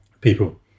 People